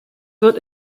wird